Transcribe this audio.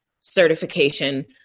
certification